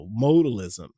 modalism